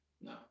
No